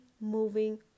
moving